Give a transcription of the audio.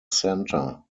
center